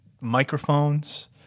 microphones